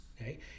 okay